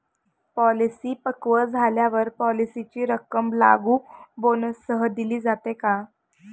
Policy पक्व झाल्यावर पॉलिसीची रक्कम लागू बोनससह दिली जाते का?